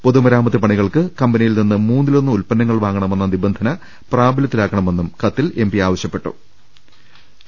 പൊതുമരാമത്ത് പണികൾക്ക് കമ്പനിയിൽനിന്ന് മൂന്നിലൊന്ന് ഉത്പന്നങ്ങൾ വാങ്ങണമെന്ന നിബന്ധന പ്രാബലൃത്തിലാക്കണമെന്നും കത്തിൽ ആവശ്യപ്പെട്ടിട്ടുണ്ട്